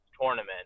tournament